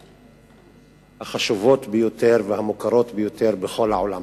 הערים החשובות ביותר והמוכרות ביותר בכל העולם.